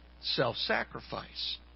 self-sacrifice